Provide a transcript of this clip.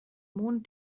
mond